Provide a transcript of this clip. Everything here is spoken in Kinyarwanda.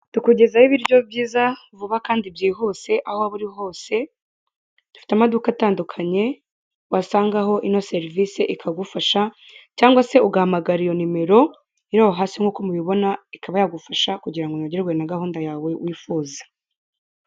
Tukugezaho ibiryo byiza vuba kanndi byihuse aho waba uri hose dufite amaduka atandukanye wasangaho ino serivise ikagufasha cyangwa se ugahamagara ityo nimero yo hasi nk'uko mubibona ikaba yagufasha kugira ngo unogerwa na gahunda yawe wifuza.